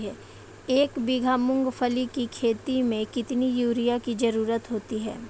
एक बीघा मूंगफली की खेती में कितनी यूरिया की ज़रुरत होती है?